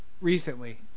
recently